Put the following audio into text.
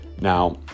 Now